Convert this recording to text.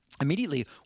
Immediately